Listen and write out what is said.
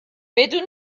بدون